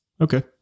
Okay